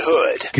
Hood